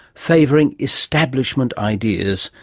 favouring establishment ideas,